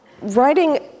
writing